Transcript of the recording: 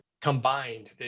combined